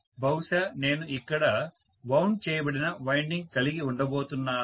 బహుశా నేను ఇక్కడ వౌండ్ చేయబడిన వైండింగ్ కలిగి ఉండబోతున్నాను